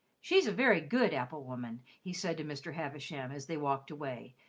she's a very good apple-woman, he said to mr. havisham, as they walked away,